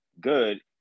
good